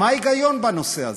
בנושא הזה.